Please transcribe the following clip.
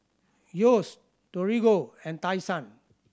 Yeo's Torigo and Tai Sun